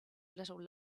little